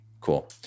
cool